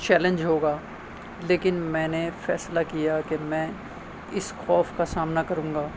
challenge ہوگا لیکن میں نے فیصلہ کیا کہ میں اس خوف کا سامنا کروں گا